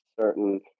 certain